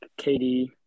KD